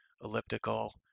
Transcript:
elliptical